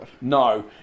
No